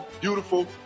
Beautiful